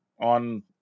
on